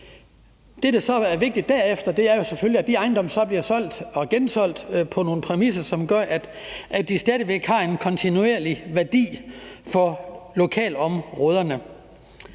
Det, der så er vigtigt derefter, er selvfølgelig, at de ejendomme bliver solgt og gensolgt på nogle præmisser, som gør, at de stadig væk har en kontinuerlig værdi for lokalområderne.